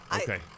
okay